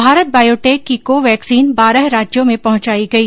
Bharat Biotech की Covaxin बारह राज्यों में पहुंचाई गई